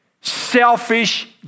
selfish